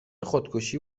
خودکشی